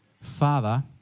Father